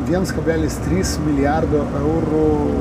viens kablelis trys milijardo eurų